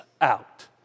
out